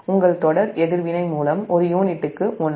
உங்கள் தொடர் எதிர்வினை மூலம் ஒரு யூனிட்டுக்கு 1